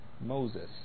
Moses